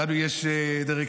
לנו יש דירקטוריון.